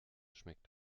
schmeckt